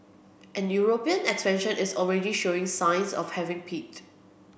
and European expansion is already showing signs of having peaked